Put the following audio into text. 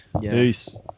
Peace